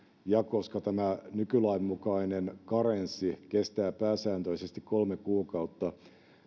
ja koska tämä nykylain mukainen karenssi kestää pääsääntöisesti kolme kuukautta